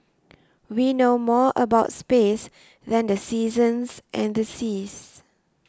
we know more about space than the seasons and the seas